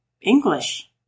English